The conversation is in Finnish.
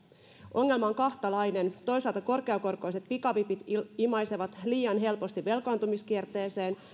ongelma on kahtalainen toisaalta korkeakorkoiset pikavipit imaisevat liian helposti velkaantumiskierteeseen